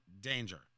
danger